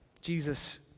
Jesus